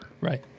Right